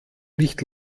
nicht